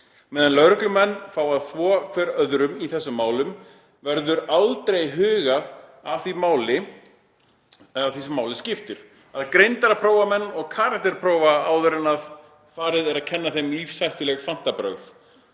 Meðan lögreglumenn fá að þvo hver öðrum í þessum málum verður aldrei hugað að því sem máli skiptir; að greindarprófa menn og karakterprófa áðuren farið er að kenna þeim lífshættuleg fantabrögð,